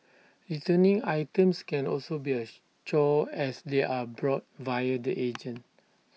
returning items can also be A chore as they are bought via the agent